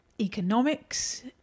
economics